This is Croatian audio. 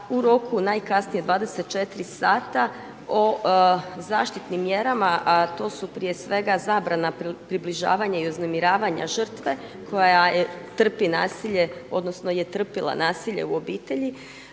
u roku najkasnije 24 sata o zaštitnim mjerama a to su prije svega zabrana približavanja i uznemiravanja žrtve koja trpi nasilje odnosno